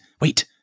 wait